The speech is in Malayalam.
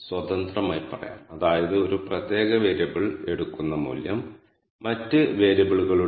നിങ്ങൾക്ക് ശ്രദ്ധിക്കാൻ കഴിയുമെങ്കിൽ അവയെല്ലാം ഇന്റിജർ ടൈപ്പ് ഡാറ്റ വേരിയബിളുകളാണ്